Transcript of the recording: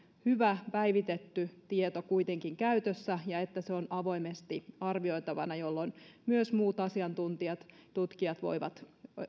hyvä päivitetty tieto kuitenkin käytössä ja että se on avoimesti arvioitavana jolloin myös muut asiantuntijat tutkijat voivat